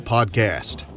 Podcast